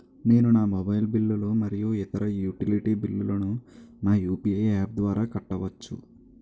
నేను నా మొబైల్ బిల్లులు మరియు ఇతర యుటిలిటీ బిల్లులను నా యు.పి.ఐ యాప్ ద్వారా కట్టవచ్చు